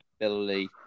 ability